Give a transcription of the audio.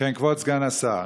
אדוני היושב-ראש, כבוד סגן השר,